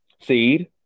seed